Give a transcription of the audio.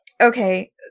okay